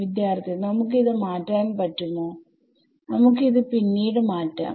വിദ്യാർത്ഥി നമുക്ക് ഇത് മാറ്റാൻ പറ്റുമോ നമുക്ക് ഇത് പിന്നീട് മാറ്റാം